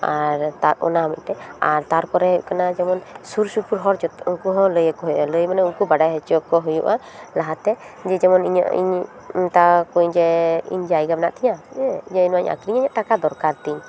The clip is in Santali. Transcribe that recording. ᱟᱨ ᱚᱱᱟ ᱢᱤᱫᱴᱮᱱ ᱟᱨ ᱛᱟᱨᱯᱚᱨᱮ ᱦᱩᱭᱩᱜ ᱠᱟᱱᱟ ᱡᱮᱢᱚᱱ ᱥᱩᱨ ᱥᱩᱯᱩᱨ ᱦᱚᱲᱩᱱᱠᱩ ᱦᱚᱸ ᱞᱟᱹᱭ ᱟᱠᱚ ᱦᱩᱭᱩᱜᱼᱟ ᱞᱟᱹᱭ ᱢᱟᱱᱮ ᱩᱱᱠᱩ ᱵᱟᱲᱟᱭ ᱦᱚᱪᱚ ᱠᱚ ᱦᱩᱭᱩᱜᱼᱟ ᱞᱟᱦᱟ ᱛᱮ ᱡᱮ ᱤᱧᱟᱹᱜ ᱤᱧ ᱢᱮᱛᱟ ᱟᱠᱚᱣᱟ ᱡᱮ ᱤᱧ ᱡᱟᱭᱜᱟ ᱢᱮᱱᱟᱜ ᱛᱤᱧᱟᱹ ᱦᱮᱸ ᱱᱚᱣᱟᱧ ᱟᱹᱠᱷᱟᱨᱤᱧᱟ ᱤᱧᱟᱹᱜ ᱴᱟᱠᱟ ᱫᱚᱨᱠᱟ ᱛᱤᱧ